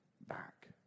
back